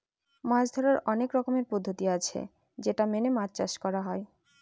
মাছ ধরার অনেক রকমের পদ্ধতি আছে যেটা মেনে মাছ চাষ করা হয়